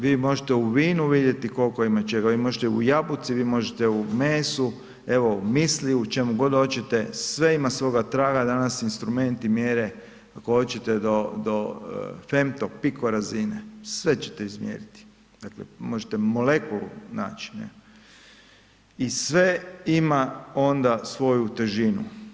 Vi možete u vinu vidjeti koliko ima čega, vi možete u jabuci, vi možete u mesu, evo, u müsliju, u čemu god hoćete, sve ima svoga traga, danas instrumenti mjere ako hoćete do femto, piko razine, sve ćete izmjeriti, dakle možete molekulu naći i sve ima onda svoju težinu.